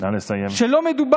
שלא ניתן